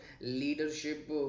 leadership